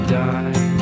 die